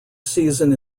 season